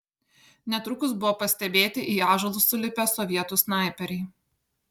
netrukus buvo pastebėti į ąžuolus sulipę sovietų snaiperiai